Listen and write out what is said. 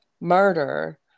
murder